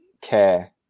care